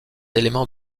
éléments